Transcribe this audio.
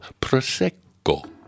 Prosecco